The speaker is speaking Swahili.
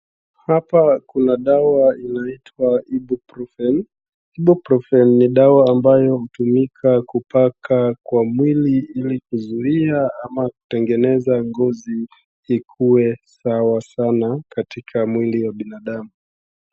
Hapo kuna dawa inaitwa hipobruven. Hipobruven ni dawa ambayo utumika kupaka kwa mwili ili kuzuia ama kutengeneza ngozi ikuwe sawa sana katika mwili wa binadamu.